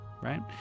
right